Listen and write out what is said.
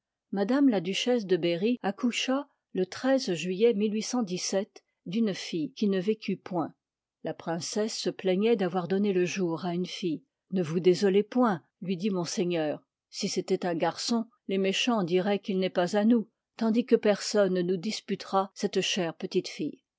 m la duchesse de berry accoucha le juillet isiy d'une fille qui ne vécut point la princesse se plaignoit d'avoir donné le jour à une fille ne vous désolez point lui dit monseigneur si c'étoit un garçon les méchans diroient qu'il n'est pas à nous tandis que personne ne nous disputera cette chère petite fille